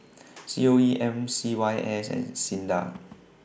C O E M C Y S and SINDA